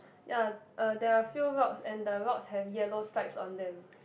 ya uh there are few rocks and the rocks have yellow stripes on them